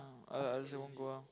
uh won't go well